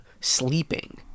sleeping